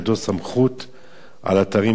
על אתרים בירושלים וברחבי המדינה.